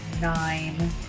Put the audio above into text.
nine